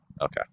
Okay